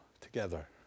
together